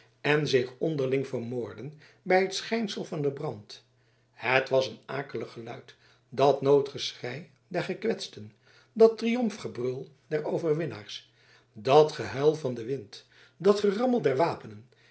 en zich onderling vermoordden bij het schijnsel van den brand het was een akelig geluid dat noodgeschrei der gekwetsten dat triomfgebrul der overwinnaars dat gehuil van den wind dat gerammel der wapenen